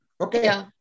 Okay